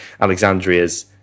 Alexandria's